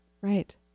Right